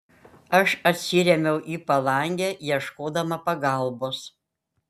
aš atsirėmiau į palangę ieškodama pagalbos